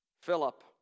Philip